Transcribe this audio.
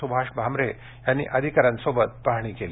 सूभाष भामरे यांनी अधिकाऱ्यांसह पाहणी केली